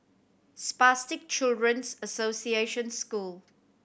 Spastic Children's Association School